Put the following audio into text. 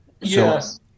Yes